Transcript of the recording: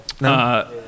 No